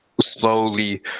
slowly